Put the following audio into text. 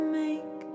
make